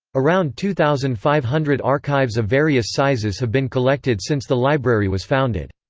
around two thousand five hundred archives of various sizes have been collected since the library was founded.